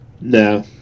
No